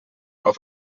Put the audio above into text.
auf